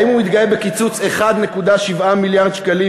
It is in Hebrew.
האם הוא מתגאה בקיצוץ 1.7 מיליארד שקלים